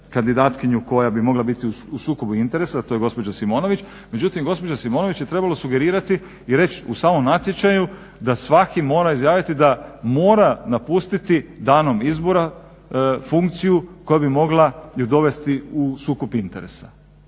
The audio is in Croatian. kandidatkinju koja bi mogla biti u sukobu interesa, a to je gospođa Simonović, međutim gospođi Simonović je trebalo sugerirati i reći u samom natječaju da svaki mora izjaviti da mora napustiti danom izbora funkciju koja bi mogla je dovesti u sukob interesa.